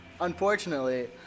unfortunately